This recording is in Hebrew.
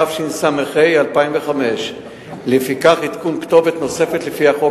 התשס"ה 2005. לפיכך עדכון כתובת נוספת לפי חוק